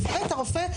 היא העבירה את הרופא,